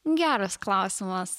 geras klausimas